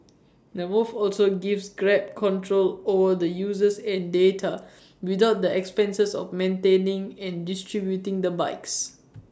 the move also gives grab control over the users and data without the expenses of maintaining and distributing the bikes